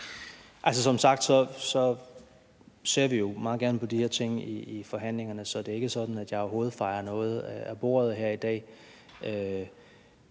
Som sagt ser vi jo meget gerne på de her ting i forhandlingerne, så det er ikke sådan, at jeg overhovedet fejer noget af bordet her i dag.